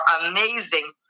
amazing